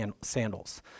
sandals